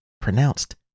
pronounced